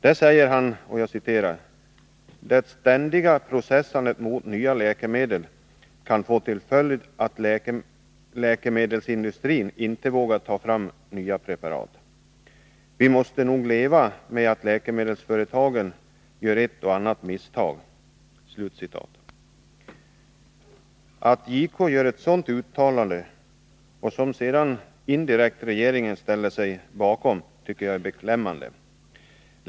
Där säger han: ”Det ständiga processandet mot nya läkemedel kan få till följd att läkemedelsindustrin inte vågar ta fram nya preparat. Vi måste nog leva med att läkemedelsföretagen gör ett och annat misstag.” Att JK gör ett sådant uttalande, som regeringen sedan indirekt ställer sig bakom, tycker jag är beklämmande.